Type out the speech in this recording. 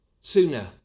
sooner